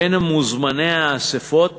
בין מוזמני האספות